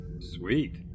Sweet